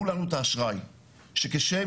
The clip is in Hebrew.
זה צריך לשים על השולחן, כי אנחנו